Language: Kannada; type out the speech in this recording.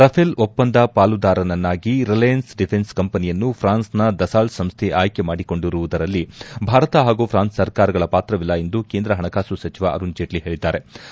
ರಫೆಲ್ ಒಪ್ಪಂದ ಪಾಲುದಾರನನ್ನಾಗಿ ರಿಲೆಯನ್ಸ್ ಡಿಫೆನ್ಸ್ ಕಂಪನಿಯನ್ನು ಫ್ರಾನ್ಸ್ನ ದಸಾಲ್ಸ್ ಸಂಸ್ಹೆ ಆಯ್ಲೆ ಮಾಡಿಕೊಂಡಿರುವುದರಲ್ಲಿ ಭಾರತ ಹಾಗೂ ಫ್ರಾನ್ಸ್ ಸರ್ಕಾರಗಳ ಪಾತ್ರವಿಲ್ಲ ಎಂದು ಕೇಂದ್ರ ಹಣಕಾಸು ಸಚಿವ ಅರುಣ್ ಜೇಟ್ಲ ಹೇಳಿದ್ಗಾರೆ